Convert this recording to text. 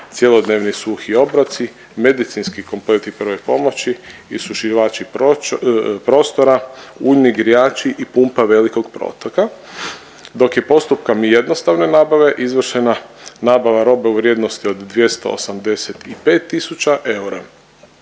cjelodnevni suhi obroci, medicinski kompleti prve pomoći, isušivači prostora, uljni grijači i pumpa velikog protoka dok je postupkom jednostavne nabave izvršena nabava robe u vrijednosti od 285 tisuća eura.